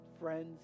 friends